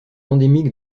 endémique